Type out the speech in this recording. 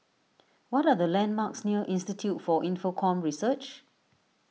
what are the landmarks near Institute for Infocomm Research